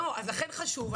לכן חשוב,